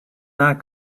not